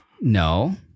No